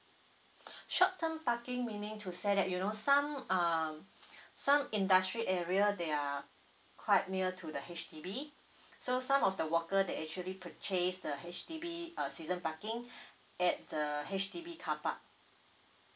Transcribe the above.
short term parking meaning to say that you know some um some industrial area they are quite near to the H_D_B so some of the worker they actually purchase the H_D_B uh season parking at the H_D_B carpark